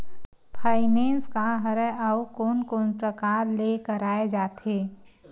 Finance का हरय आऊ कोन कोन प्रकार ले कराये जाथे?